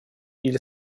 или